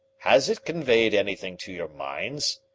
has it conveyed anything to your minds?